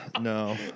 No